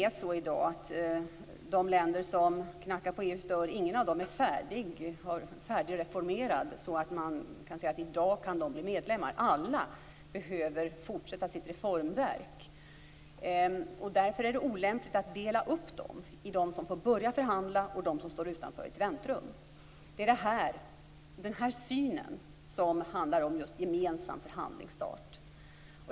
I inget av de länder som nu knackar på EU:s dörr är man färdigreformerad, så att de i dag kan bli medlemmar. Alla behöver fortsätta sitt reformverk. Därför är det olämpligt att dela upp länderna i dem som får börja förhandla och dem som får stå utanför i ett väntrum. Det är den synen som en gemensam förhandlingsstart handlar om.